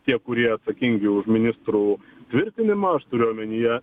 tie kurie atsakingi už ministrų tvirtinimą aš turiu omenyje